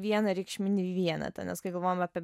vieną reikšminį vienetą nes kai galvojam apie